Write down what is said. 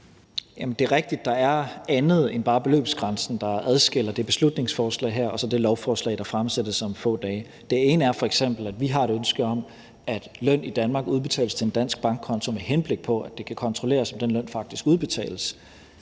Det er rigtigt, at der er andet end bare beløbsgrænsen, der adskiller det her beslutningsforslag og så det lovforslag, der fremsættes om få dage. Det ene er f.eks., at vi har et ønske om, at løn i Danmark udbetales til en dansk bankkonto, med henblik på at det kan kontrolleres, om den løn faktisk udbetales.